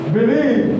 Believe